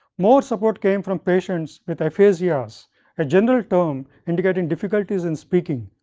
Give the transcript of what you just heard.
more support came from patients with aphasias, a general term indicating difficulties in speaking.